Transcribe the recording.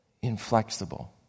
inflexible